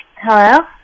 Hello